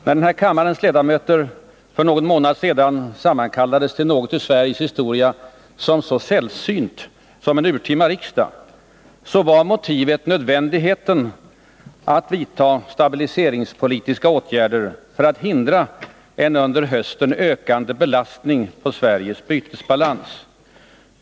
När kammarens ledamöter för någon månad sedan sammankallades till någonting i Sveriges historia så sällsynt som en urtima riksdag, var motivet nödvändigheten att vidta stabiliseringspolitiska åtgärder för att hindra en under hösten ökande belastning på Sveriges bytesbalans.